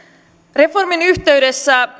reformin yhteydessä